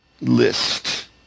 list